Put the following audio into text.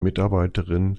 mitarbeiterin